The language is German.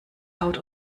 haut